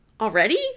Already